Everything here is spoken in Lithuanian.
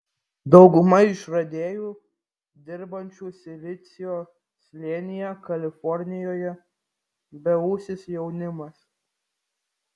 dauguma išradėjų dirbančių silicio slėnyje kalifornijoje beūsis jaunimas